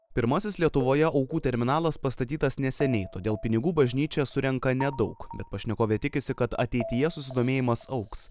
pirmasis lietuvoje aukų terminalas pastatytas neseniai todėl pinigų bažnyčia surenka nedaug bet pašnekovė tikisi kad ateityje susidomėjimas augs